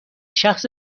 شخص